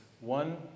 one